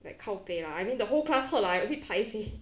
like kao peh lah I mean the whole class heard lah I a bit paiseh